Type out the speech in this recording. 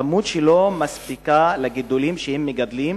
כמות שלא מספיקה לגידולים שהם מגדלים,